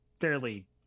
fairly